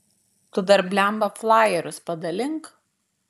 tu dar blemba flajerius padalink